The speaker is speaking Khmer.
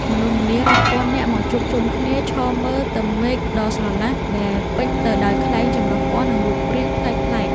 មនុស្សម្នារាប់ពាន់នាក់មកជួបជុំគ្នាឈរមើលទៅមេឃដ៏ស្រឡះ ដែលពេញទៅដោយខ្លែងចម្រុះពណ៌ និងរូបរាងប្លែកៗ។